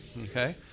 Okay